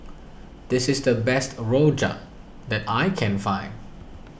this is the best Rojak that I can find